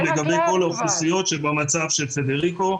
שהיא גם לא נותנת לכל האזרחים שלה להתחתן,